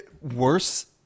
worse